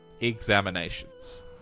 examinations